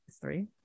Three